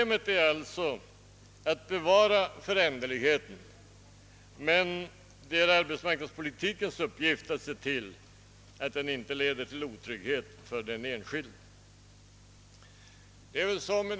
Svårigheten är alltså att bevara föränderligheten utan att denna leder till otrygghet för den enskilde, och det är arbetsmarknadspolitikens uppgift att se till att den inte gör det.